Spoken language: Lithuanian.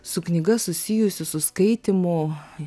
su knyga susijusių su skaitymu